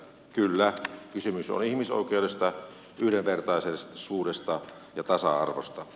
kyllä kysymys on ihmisoikeudesta yhdenvertaisuudesta ja tasa arvosta